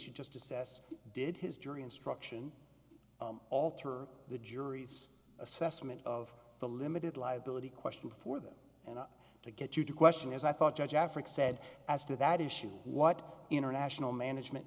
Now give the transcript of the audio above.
should just assess did his jury instruction alter the jury's assessment of the limited liability question before them and to get you to question as i thought judge effort said as to that issue what international management